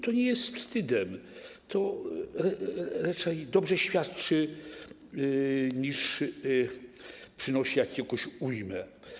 To nie jest wstyd, to raczej dobrze świadczy, niż przynosi jakąś ujmę.